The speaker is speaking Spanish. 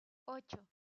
ocho